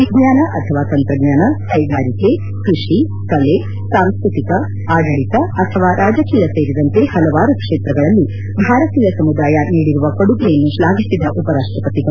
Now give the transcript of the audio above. ವಿಜ್ಞಾನ ಅಥವಾ ತಂತ್ರಜ್ಞಾನ ಕೈಗಾರಿಕೆ ಕ್ಕಷಿ ಕಲೆ ಸಾಂಸ್ತತಿಕ ಆಡಳಿತ ಅಥವಾ ರಾಜಕೀಯ ಸೇರಿದಂತೆ ಹಲವಾರು ಕ್ಷೇತ್ರಗಳಲ್ಲಿ ಭಾರತೀಯ ಸಮುದಾಯ ನೀಡಿರುವ ಕೊಡುಗೆಯನ್ನು ತ್ಲಾಫಿಸಿದ ಉಪರಾಷ್ಟಪತಿಗಳು